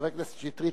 חבר הכנסת שטרית,